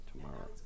tomorrow